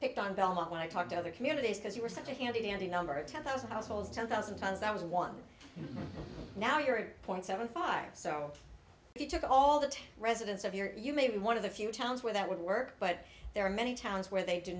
picked on belmont when i talk to other communities because you were such a handy dandy number ten thousand households ten thousand times that was one now you're point seven five so if you took all the residents of your you maybe one of the few towns where that would work but there are many towns where they do